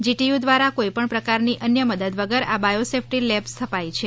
GTU દ્વારા કોઈ પણ પ્રકારની અન્ય મદદ વગર આ બાયોસેફ્ટી લેબ સ્થપાઈ છે